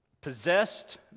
possessed